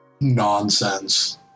nonsense